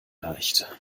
leicht